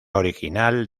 original